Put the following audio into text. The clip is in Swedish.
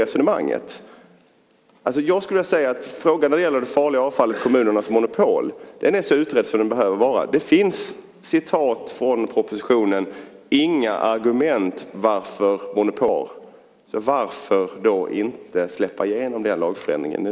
Jag skulle vilja säga att frågan om farligt avfall och kommunernas monopol är så utredd som den behöver vara. Det finns inga argument - för att citera propositionen - för att monopolet ska finnas kvar. Varför då inte släppa igenom den lagändringen nu?